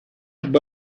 but